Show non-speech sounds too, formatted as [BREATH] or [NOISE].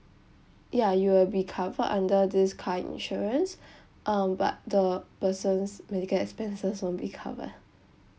ya you will be covered under this car insurance [BREATH] um but the person's medical expenses won't be covered